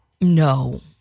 No